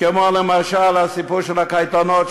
כמו למשל הסיפור של הקייטנות,